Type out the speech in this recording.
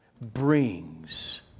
brings